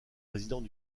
résidents